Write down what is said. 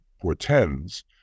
portends